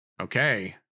Okay